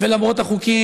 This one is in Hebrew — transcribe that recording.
ולמרות החוקים,